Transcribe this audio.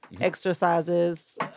exercises